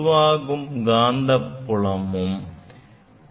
உருவாகும் காந்த புலமும்